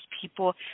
people